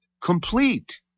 complete